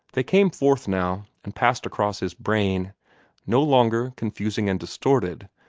they came forth now, and passed across his brain no longer confusing and distorted,